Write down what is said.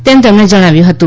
તેમ તેમણે જણાવ્યુ હતું